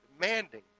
demanding